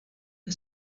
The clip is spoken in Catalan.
que